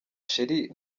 sheri